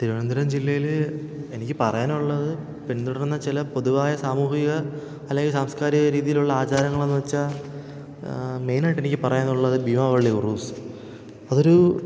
തിരുവനന്തപുരം ജില്ലയിൽ എനിക്ക് പറയാനുള്ളത് പിന്തുടർന്ന ചില പൊതുവായ സാമൂഹിക അല്ലെങ്കിൽ സാംസ്കാരിക രീതിയിലുള്ള ആചാരങ്ങളെന്നുവെച്ചാൽ മെയിനായിട്ടെനിക്കു പറയാനുള്ളത് ഭീമാപള്ളി ഉറൂസ് അതൊരു